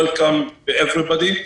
welcome everybody,